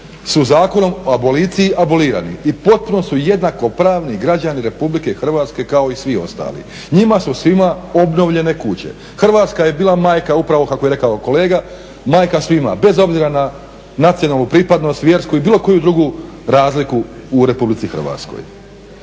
su Zakonom o aboliciji abolirani i potpuno su jednakopravni građani RH kao i svi ostali, njima su svima obnovljene kuće. Hrvatska je bila majka upravo kako je rekao kolega majka svima bez obzira na nacionalnu pripadnost, vjersku i bilo koju drugu razliku u RH. Ono što